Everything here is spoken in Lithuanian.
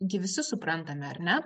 gi visi suprantame ar ne